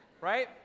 right